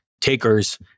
takers